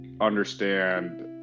understand